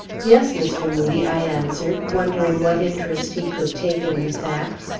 yes, mr. moodie, i answered, wondering what interest he could take in the fact,